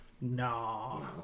No